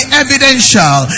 evidential